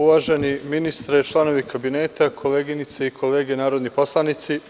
Uvaženi ministre, članovi Kabineta, koleginice i kolege narodni poslanici,